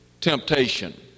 temptation